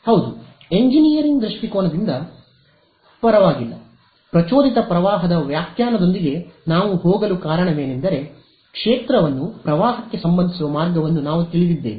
ಹೌದು ಎಂಜಿನಿಯರಿಂಗ್ ದೃಷ್ಟಿಕೋನದಿಂದ ಪರವಾಗಿಲ್ಲ ಪ್ರಚೋದಿತ ಪ್ರವಾಹದ ವ್ಯಾಖ್ಯಾನದೊಂದಿಗೆ ನಾವು ಹೋಗಲು ಕಾರಣವೇನೆಂದರೆ ಕ್ಷೇತ್ರವನ್ನು ಪ್ರವಾಹಕ್ಕೆ ಸಂಬಂಧಿಸುವ ಮಾರ್ಗವನ್ನು ನಾವು ತಿಳಿದಿದ್ದೇವೆ